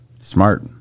Smart